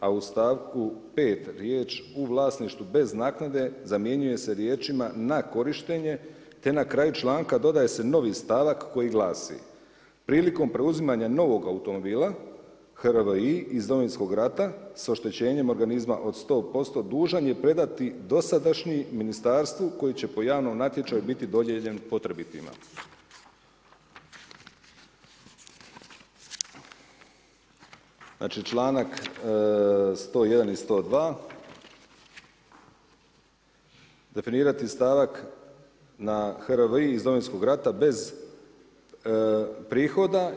A u stavku 5. riječ „u vlasništvu bez naknade“ zamjenjuje se riječima: „na korištenje“ te na kraju članka dodaje se novi stavak koji glasi: „Prilikom preuzimanja novog automobila HRVI iz Domovinskog rata sa oštećenjem organizma od 100% dužan je predati dosadašnjem ministarstvu koji će po javnom natječaju biti dodijeljen potrebitima.“ Znači članak 101. i 102. definirati stavak na HRVI iz Domovinskog rata bez prihoda.